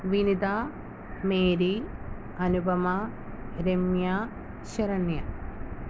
Vinitha Mary Anupama Ramya Saranya